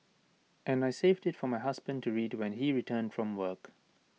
and I saved IT for my husband to read when he returned from work